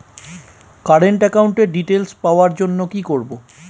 Current একাউন্টের details পাওয়ার জন্য কি করব?